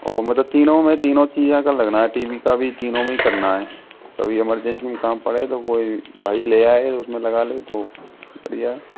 वो मतलब तीनों में तीनों चीज़ें का लगा है टी वी का भी तीनों में ही करना है कभी इमर्जेन्सी में काम पड़े तो कोई भाई ले जाए उसमें लगा ले तो निपट जाए